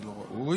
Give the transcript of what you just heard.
זה לא ראוי.